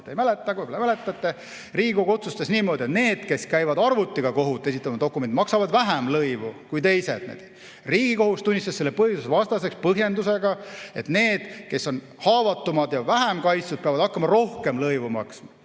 te ei mäleta, võib-olla mäletate. Riigikogu otsustas niimoodi, et need, kes käivad arvuti abil kohut ja esitavad dokumendid arvutis, maksavad vähem lõivu kui teised. Riigikohus tunnistas selle põhiseadusvastaseks põhjendusega, et need, kes on haavatavamad ja vähem kaitstud, peavad hakkama rohkem lõivu maksma.